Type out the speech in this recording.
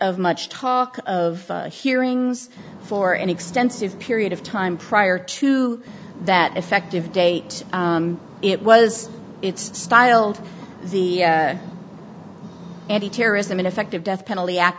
of much talk of hearings for an extensive period of time prior to that effective date it was styled the antiterrorism ineffective death penalty act